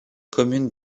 commune